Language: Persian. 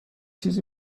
چیزی